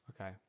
okay